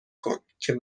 کن، که